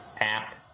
app